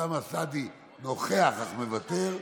אוסאמה סעדי, נוכח, אך מוותר,